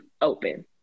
open